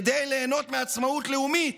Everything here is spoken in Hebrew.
כדי ליהנות מעצמאות לאומית.